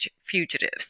fugitives